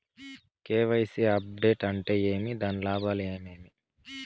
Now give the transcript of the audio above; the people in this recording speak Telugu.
కె.వై.సి అప్డేట్ అంటే ఏమి? దాని లాభాలు ఏమేమి?